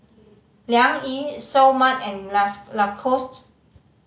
Liang Yi Seoul Mart and Lacoste